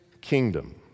kingdom